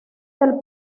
del